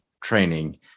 training